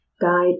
Guide